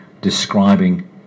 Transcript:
describing